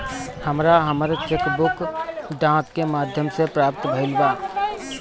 हमरा हमर cheque book डाक के माध्यम से प्राप्त भईल बा